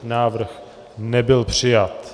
Návrh nebyl přijat.